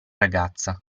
ragazza